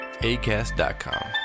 ACAST.com